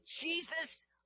Jesus